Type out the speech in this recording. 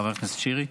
חבר הכנסת שירי.